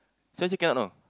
this one actually cannot know